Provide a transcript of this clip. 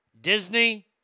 Disney